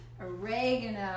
oregano